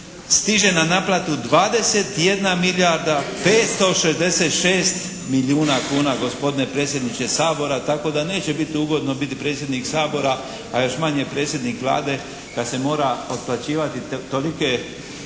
stiže na naplatu 21 milijarda 566 milijuna kuna gospodine predsjedniče Sabora. Tako da neće biti ugodno predsjednik Sabora, a još manje predsjednik Vlade kad se mora potplaćivati tolike